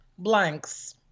blanks